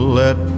let